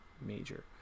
major